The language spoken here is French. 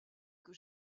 que